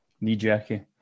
Knee-jerky